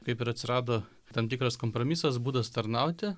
kaip ir atsirado tam tikras kompromisas būdas tarnauti